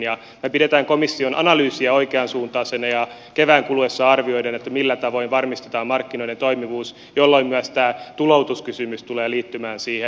me pidämme komission analyysia oikeansuuntaisena ja kevään kuluessa arvioidaan millä tavoin varmistetaan markkinoiden toimivuus jolloin myös tämä tuloutuskysymys tulee liittymään siihen